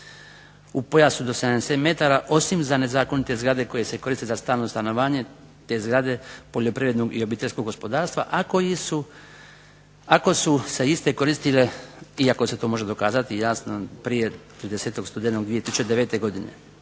u području do 70 metara, osim za nezakonite zgrade koje se koriste za stalno stanovanje te zgrade poljoprivrednog i obiteljskog gospodarstva ako su se iste koristile, iako se to može dokazati i prije 30. studenog 2009. godine.